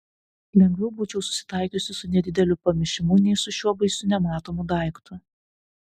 lengviau būčiau susitaikiusi su nedideliu pamišimu nei su šiuo baisiu nematomu daiktu